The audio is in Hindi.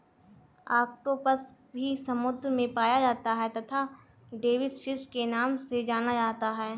ऑक्टोपस भी समुद्र में पाया जाता है तथा डेविस फिश के नाम से जाना जाता है